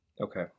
Okay